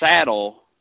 saddle